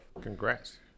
Congrats